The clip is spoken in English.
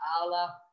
Allah